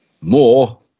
more